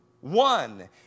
one